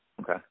Okay